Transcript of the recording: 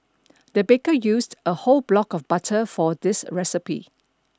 the baker used a whole block of butter for this recipe